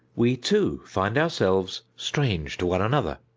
we too find ourselves strange to one another.